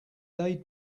they